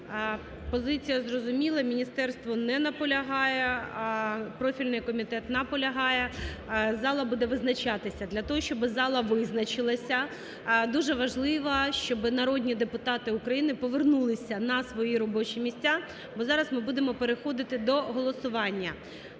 Позиція зрозуміла, міністерство не наполягає, а профільний комітет наполягає. Зала буде визначатись. Для того, щоб зала визначилась, дуже важливо, щоб народні депутати України повернулись на свої робочі місця, бо зараз ми будемо переходити до голосування.